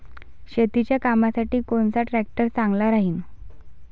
शेतीच्या कामासाठी कोनचा ट्रॅक्टर चांगला राहीन?